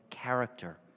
character